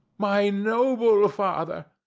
my noble father!